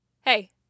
Hey